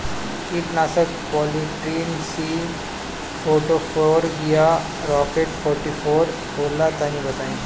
कीटनाशक polytrin C forty four या rocket forty four होला तनि बताई?